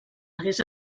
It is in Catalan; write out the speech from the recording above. hagués